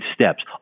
steps